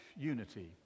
unity